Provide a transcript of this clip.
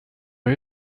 های